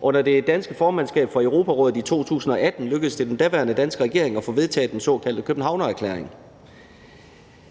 Under det danske formandskab for Europarådet i 2018 lykkedes det den daværende danske regering at få vedtaget den såkaldte Københavnererklæring.